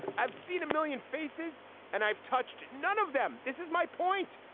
i've seen a million faces and i've touched none of them. this is my point.